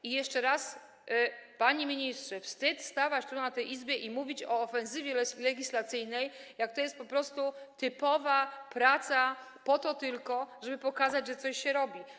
I jeszcze raz, panie ministrze, wstyd stawać tu, w tej Izbie, i mówić o ofensywie legislacyjnej, skoro to jest po prostu typowa praca, tylko po to, żeby pokazać, że coś się robi.